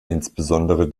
insbesondere